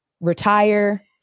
retire